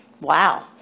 Wow